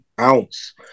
ounce